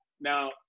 Now